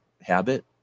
habit